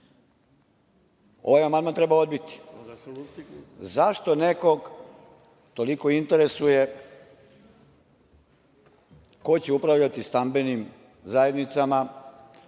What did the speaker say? amandman treba odbiti. Zašto nekog toliko interesuje ko će upravljati u stambenim zajednicama